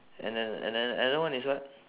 and then and then another one is what